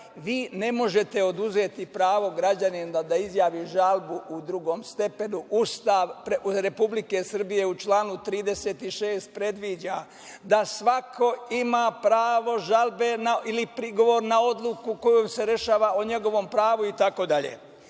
vi ne možete oduzeti pravo građaninu da izjavi žalbu u drugom stepenu, Ustav Republike Srbije u članu 36. predviđa, da svako ima pravo žalbe ili prigovor na odluku kojom se rešava o njegovom pravu